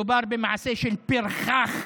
מדובר במעשה של פרחח,